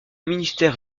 ministère